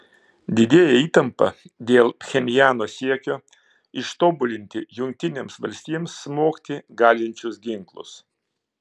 didėja įtampa dėl pchenjano siekio ištobulinti jungtinėms valstijoms smogti galinčius ginklus